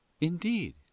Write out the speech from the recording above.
Indeed